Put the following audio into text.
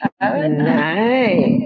Nice